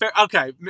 okay